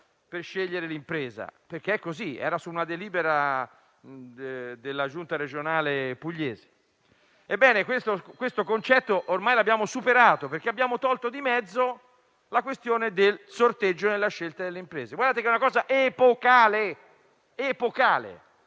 per scegliere l'impresa, perché così era previsto in una delibera della Giunta regionale pugliese. Ebbene, questo concetto ormai l'abbiamo superato, perché abbiamo tolto di mezzo il sorteggio nella scelta delle imprese. Guardate che è un fatto epocale